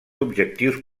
objectius